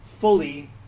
fully